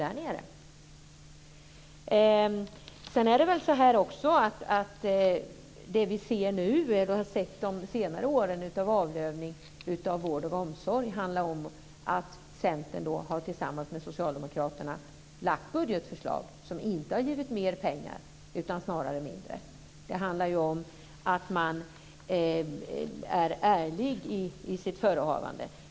Det som vi har sett under senare år av avlövning av vård och omsorg handlar om att Centern tillsammans med Socialdemokraterna har lagt fram budgetförslag som inte har gett mer pengar utan snarare mindre. Det handlar ju om att man är ärlig i sina förehavanden.